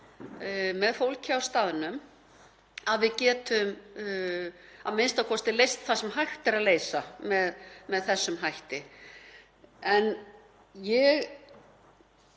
með fólki á staðnum að við getum a.m.k. leyst það sem hægt er að leysa með þessum hætti. Ég